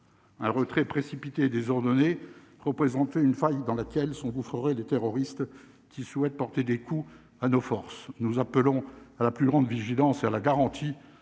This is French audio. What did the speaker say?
un retrait précipitées, désordonnées représenter une faille dans laquelle son engouffreraient des terroristes, qui souhaitent porter des coups à nos forces, nous appelons à la plus grande vigilance sur la garantie